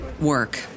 work